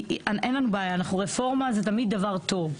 כי אין לנו בעיה, אנחנו, רפורמה זה תמיד דבר טוב.